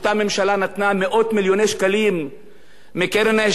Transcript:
שקלים מקרן ההשקעות לכל מיני מפעלים